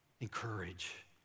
encourage